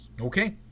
Okay